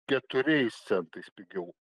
keturiais centais pigiau